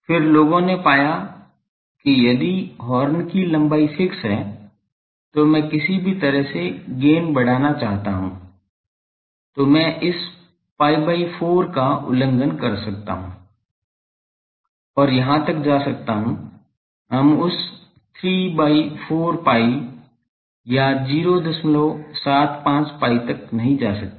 फिर लोगों ने पाया कि यदि हॉर्न की लंबाई फिक्स है तो मैं किसी भी तरह से गेन बढ़ाना चाहता हूं तो मैं इस pi by 4 का उल्लंघन कर सकता हूं और यहां तक जा सकता हूं हम उस 3 by 4 pi या 07 5 pi तक नहीं जा सकते